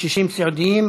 בקשישים סיעודיים,